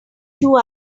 two